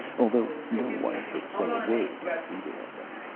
although no one could say a word against either of them.